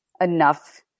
enough